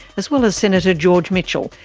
as well as senator george mitchell,